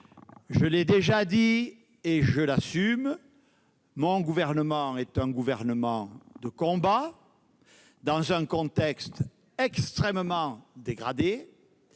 Je l'ai déjà dit et je l'assume : mon gouvernement est un gouvernement de combat, dans un contexte extrêmement dégradé.